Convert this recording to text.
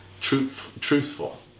truthful